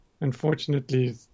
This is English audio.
Unfortunately